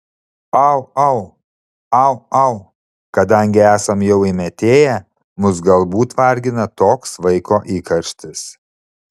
au au au au kadangi esam jau įmetėję mus galbūt vargina toks vaiko įkarštis